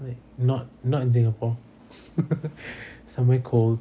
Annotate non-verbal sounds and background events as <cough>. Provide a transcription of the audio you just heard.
like not not in singapore <laughs> somewhere cold